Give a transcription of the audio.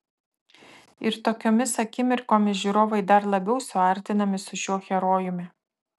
ir tokiomis akimirkomis žiūrovai dar labiau suartinami su šiuo herojumi